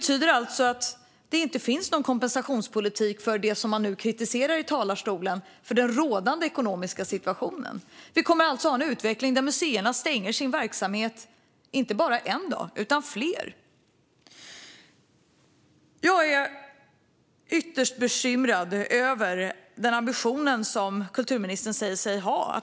Det finns inte någon kompensationspolitik för det som man nu kritiserar i talarstolen eller för den rådande ekonomiska situationen. Vi kommer alltså att ha en utveckling där museerna stänger sin verksamhet inte bara en utan flera dagar i veckan. Jag är ytterst bekymrad över den ambition som kulturministern säger sig ha.